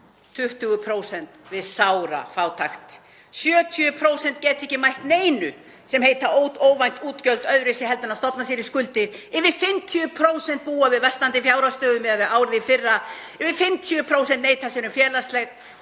20% við sárafátækt. 70% geta ekki mætt neinu sem heitir óvænt útgjöld öðruvísi heldur en að stofna sér í skuldir. Yfir 50% búa við versnandi fjárhagsstöðu miðað við árið í fyrra. Um 50% neita sér um allt félagslegt